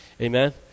Amen